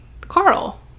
Carl